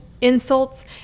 insults